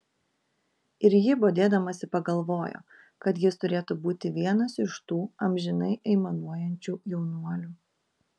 ir ji bodėdamasi pagalvojo kad jis turėtų būti vienas iš tų amžinai aimanuojančių jaunuolių